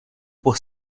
por